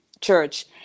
Church